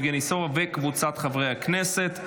יבגני סובה וקבוצת חברי הכנסת.